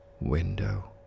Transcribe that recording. window